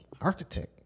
architect